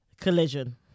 Collision